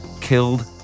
killed